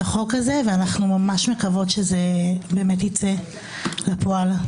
החוק הזה ואנחנו מקוות מאוד שזה ייצא לפועל,